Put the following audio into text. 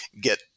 get